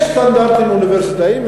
יש סטנדרטים אוניברסיטאיים,